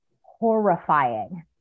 horrifying